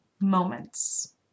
moments